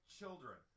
children